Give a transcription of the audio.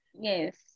Yes